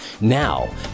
now